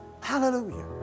Hallelujah